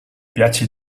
piace